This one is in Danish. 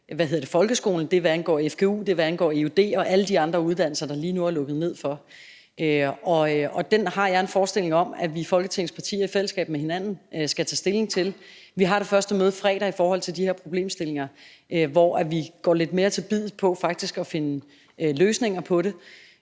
Det er, hvad angår eud og alle de andre uddannelser, der lige nu er lukket ned for. Den har jeg en forestilling om at vi, Folketingets partier, i fællesskab med hinanden skal tage stilling til. Vi har det første møde fredag i forhold til de her problemstillinger, hvor vi går lidt mere til biddet for faktisk at finde løsninger på det,